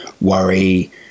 worry